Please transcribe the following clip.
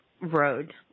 road